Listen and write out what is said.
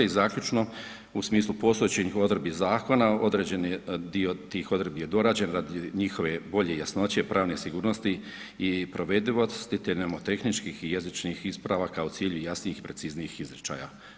I zaključno, u smislu postojećih odredbi zakona određeni dio tih odredbi je dorađen radi njihove bolje jasnoće, pravne sigurnosti i provedivosti te nomotehničkih i jezičnih ispravaka u cilju jasnijih i preciznijih izričaja.